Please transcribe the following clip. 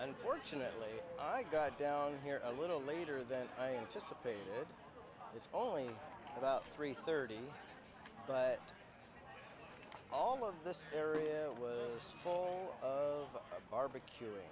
unfortunately i got down here a little later than i anticipated it's only about three thirty but all of this area was for barbecu